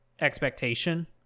expectation